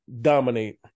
dominate